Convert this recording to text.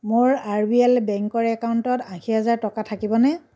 মোৰ R B L বেংকৰ একাউণ্টত আশী হেজাৰ টকা থাকিবনে